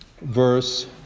verse